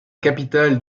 capitale